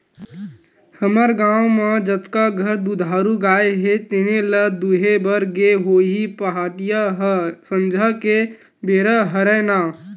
हमर गाँव म जतका घर दुधारू गाय हे तेने ल दुहे बर गे होही पहाटिया ह संझा के बेरा हरय ना